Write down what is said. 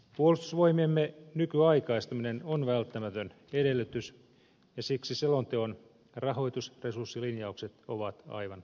puolustusvoimiemme nykyaikaistaminen on välttämätön edellytys ja siksi selonteon rahoitusresurssilinjaukset ovat aivan oikeat